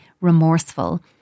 remorseful